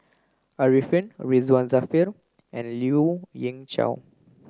Arifin Ridzwan Dzafir and Lien Ying Chow